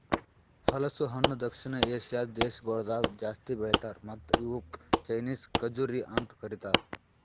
ಹಲಸು ಹಣ್ಣ ದಕ್ಷಿಣ ಏಷ್ಯಾದ್ ದೇಶಗೊಳ್ದಾಗ್ ಜಾಸ್ತಿ ಬೆಳಿತಾರ್ ಮತ್ತ ಇವುಕ್ ಚೈನೀಸ್ ಖಜುರಿ ಅಂತ್ ಕರಿತಾರ್